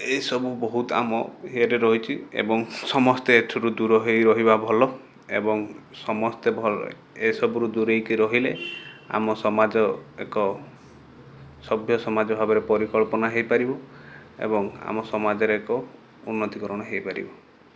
ଏସବୁ ବହୁତ ଆମ ଇଏରେ ରହିଛି ଏବଂ ସମସ୍ତେ ଏଥିରୁ ଦୂର ହେଇ ରହିବା ଭଲ ଏବଂ ସମସ୍ତେ ଭଲ ଏସବୁରୁ ଦୂରେଇକି ରହିଲେ ଆମ ସମାଜ ଏକ ସଭ୍ୟ ସମାଜ ଭାବରେ ପରିକଳ୍ପନା ହେଇପାରିବ ଏବଂ ଆମ ସମାଜରେ ଏକ ଉନ୍ନତିକରଣ ହେଇପାରିବ